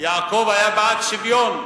יעקב היה בעד שוויון,